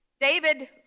David